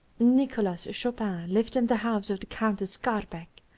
nicholas chopin lived in the house of the countess skarbek,